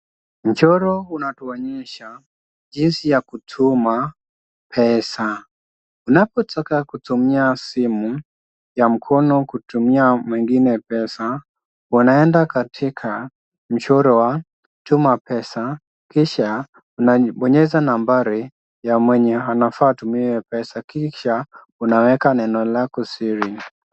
Mchoro unatuonyesha jinsi ya kutuma pesa. Unapotaka kutumia simu ya mkono kutumia mwingine pesa, unaenda katika mchoro wa tuma pesa kisha unabonyeza nambari ya mwenye anafaa atumiwe pesa kisha unaweka neno lako siri.